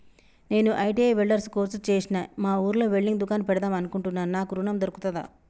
నేను ITI welder course చేశ్న మా ఊర్లో వెల్డింగ్ దుకాన్ పెడదాం అనుకుంటున్నా నాకు ఋణం దొర్కుతదా?